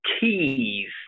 keys